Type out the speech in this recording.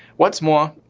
what's more,